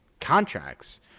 contracts